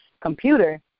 computer